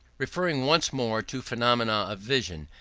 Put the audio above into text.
referring once more to phenomena of vision,